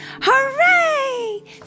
Hooray